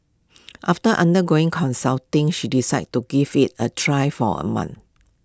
after undergoing consulting she decided to give IT A try for A month